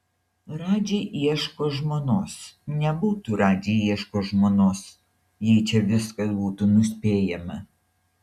radži ieško žmonos nebūtų radži ieško žmonos jei čia viskas būtų nuspėjama